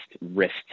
risk